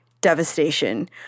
devastation